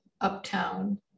uptown